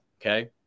Okay